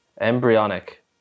embryonic